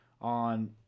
on